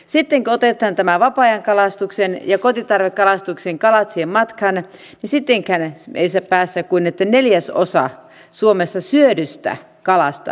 sitten kun otetaan nämä vapaa ajan kalastuksen ja kotitarvekalastuksen kalat siihen matkaan niin sittenkään ei päästä kuin siihen että neljäsosa suomessa syödystä kalasta on kotimaista